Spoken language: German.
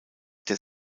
der